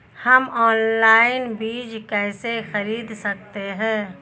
हम ऑनलाइन बीज कैसे खरीद सकते हैं?